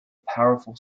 powerful